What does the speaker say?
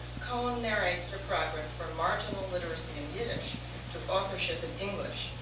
cohen narrates her progress from marginal literacy in yiddish to authorship in english,